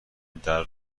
درو